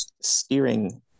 steering